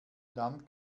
dann